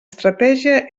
estratègia